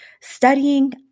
studying